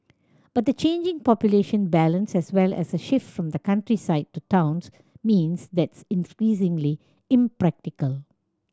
but the changing population balance as well as a shift from the countryside to towns means that's increasingly impractical